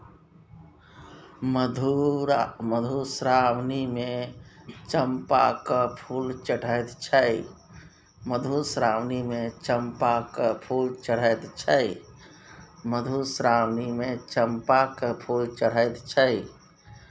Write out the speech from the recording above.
मधुश्रावणीमे चंपाक फूल चढ़ैत छै